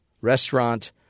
restaurant